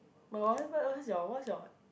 but what about what's your what's your